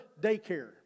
daycare